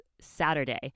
Saturday